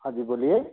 हाँ जी बोलिए